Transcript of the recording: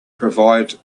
provide